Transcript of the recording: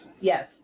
Yes